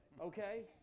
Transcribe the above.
okay